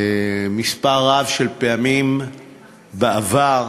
מספר רב של פעמים בעבר: